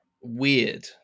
weird